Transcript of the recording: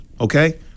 Okay